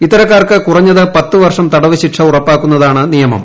ഇത്തരക്കാർക്ക് കുറഞ്ഞത് പത്തുവർഷം തടവു ശിക്ഷ ഉറപ്പാക്കുന്നതാണ് നിയമം